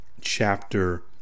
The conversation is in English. chapter